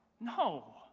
No